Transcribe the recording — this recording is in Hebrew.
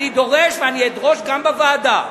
אני דורש ואני אדרוש גם בוועדה,